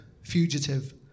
fugitive